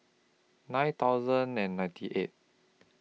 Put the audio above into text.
nine thousand and ninety eight